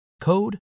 code